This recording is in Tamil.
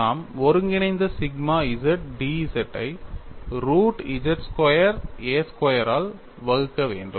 நாம் ஒருங்கிணைந்த சிக்மா z dz ஐ ரூட் z ஸ்கொயர் கழித்தல் a ஸ்கொயரால் வகுக்க வேண்டும்